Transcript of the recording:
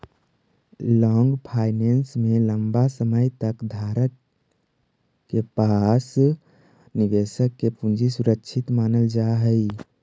long finance में लंबा समय तक धारक के पास निवेशक के पूंजी सुरक्षित मानल जा हई